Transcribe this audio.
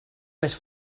més